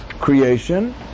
creation